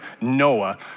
Noah